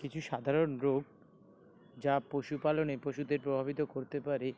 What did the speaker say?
কিছু সাধারণ রোগ যা পশুপালনে পশুদের প্রভাবিত করতে পারে